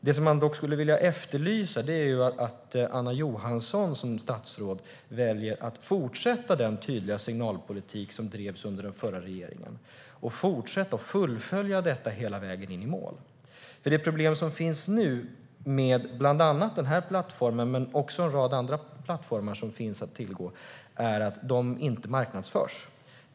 Det som man dock skulle vilja efterlysa är att Anna Johansson som statsråd väljer att fortsätta den tydliga signalpolitik som drevs under den förra regeringen och fullfölja detta hela vägen in i mål. Det problem som finns nu med bland annat denna plattform men också en rad andra plattformar som finns att tillgå är att de inte marknadsförs.